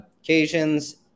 occasions